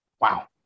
Wow